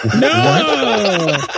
No